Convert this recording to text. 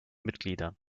mitgliedern